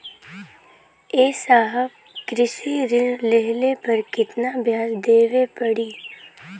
ए साहब कृषि ऋण लेहले पर कितना ब्याज देवे पणी?